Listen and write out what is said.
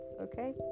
okay